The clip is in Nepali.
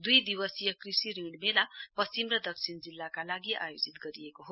दुई दिवसीय कृषि ऋण मेला पश्चिम र दक्षिण जिल्लाका लागि आयोजित गरिएको हो